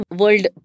world